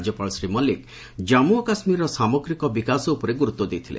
ରାଜ୍ୟପାଳ ଶ୍ରୀ ମଲିକ ଜାନ୍ମୁ ଓ କାଶ୍ମୀରର ସାମଗ୍ରିକ ବିକାଶ ଉପରେ ଗୁରୁତ୍ୱ ଦେଇଥିଲେ